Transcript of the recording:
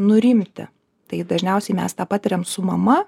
nurimti tai dažniausiai mes tą patiriam su mama